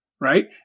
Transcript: right